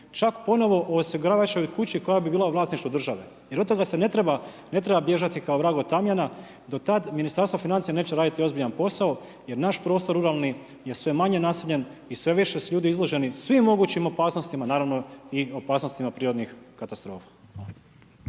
čak ponovo u osiguravajućoj kući koja bi bila u vlasništvu države, jer od toga se ne treba bježati kao vrag od tamjana. Do tad Ministarstvo financija neće raditi ozbiljan posao jer naš prostor ruralni je sve manje naseljen i sve više su ljudi izloženi svim mogućim opasnostima, naravno i opasnostima prirodnih katastrofa.